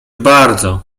bardzo